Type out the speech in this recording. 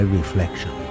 reflection